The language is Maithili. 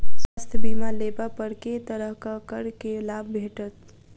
स्वास्थ्य बीमा लेबा पर केँ तरहक करके लाभ भेटत?